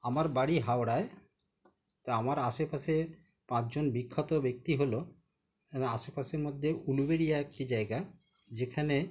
আমার বাড়ি হাওড়ায় তা আমার আশেপাশে পাঁচজন বিখ্যাত ব্যক্তি হল আশেপাশের মধ্যে উলুবেড়িয়া একটি জায়গা যেখানে